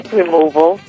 removal